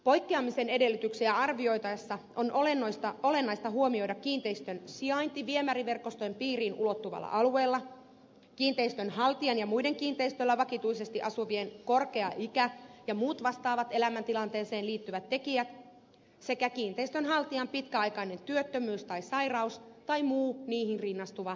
poikkeamisen edellytyksiä arvioitaessa on olennaista huomioida kiinteistön sijainti viemäriverkoston piiriin ulottuvalla alueella kiinteistön haltijan ja muiden kiinteistöllä vakituisesti asuvien korkea ikä ja muut vastaavat elämäntilanteeseen liittyvät tekijät sekä kiinteistön haltijan pitkäaikainen työttömyys tai sairaus tai muu niihin rinnastuva sosiaalinen suorituseste